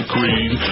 Queen